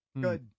Good